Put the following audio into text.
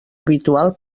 habitual